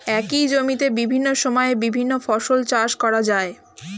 একই জমিতে বিভিন্ন সময়ে বিভিন্ন ফসল চাষ করা যায়